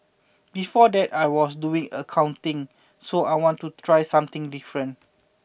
before that I was doing accounting so I want to try something different